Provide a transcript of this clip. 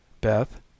Beth